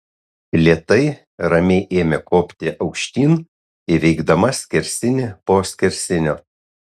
lėtai ramiai ėmė kopti aukštyn įveikdama skersinį po skersinio